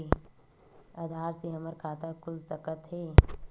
आधार से हमर खाता खुल सकत हे?